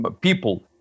people